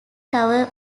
tower